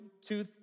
two